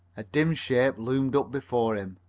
a dim shape loomed up before him.